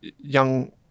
young